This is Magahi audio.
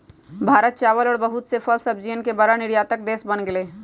भारत चावल और बहुत से फल सब्जियन के बड़ा निर्यातक देश बन गेलय